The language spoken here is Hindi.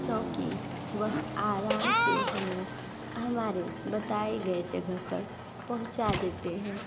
क्योंकि वह आराम से हमें हमारे बताए गए जगह पर पहुँचा देते हैं